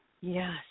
Yes